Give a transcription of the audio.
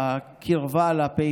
את הקרבה,